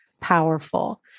powerful